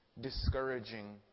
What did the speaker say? discouraging